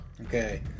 Okay